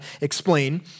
explain